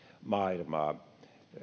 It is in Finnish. maailmaa